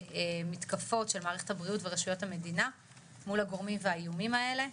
מתקפות של מערכת הבריאות ורשויות המדינה מול הגורמים והאיומים האלה.